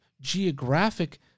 geographic